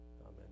Amen